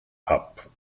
app